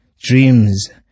dreams